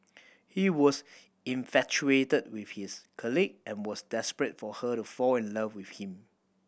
he was infatuated with his colleague and was desperate for her to fall in love with him